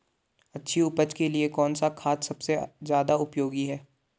अच्छी उपज के लिए कौन सा खाद सबसे ज़्यादा उपयोगी है?